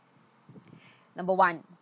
number one